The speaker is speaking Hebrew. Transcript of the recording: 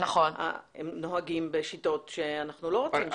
נוהגים בשיטות שאנחנו לא רוצים שיהיו.